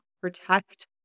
protect